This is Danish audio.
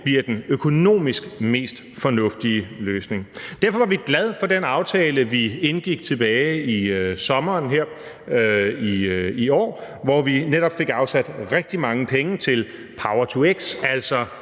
bliver den økonomisk mest fornuftige løsning. Derfor var vi glade for den aftale, vi indgik tilbage i sommeren her i år, hvor vi netop fik afsat rigtig mange penge til power-to-x, altså